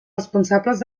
responsables